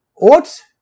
oats